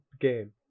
game